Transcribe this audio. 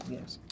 Yes